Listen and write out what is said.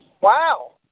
Wow